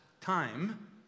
time